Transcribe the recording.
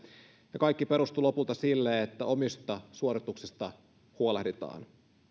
ja kaikki perustuu lopulta sille että omista suorituksista huolehditaan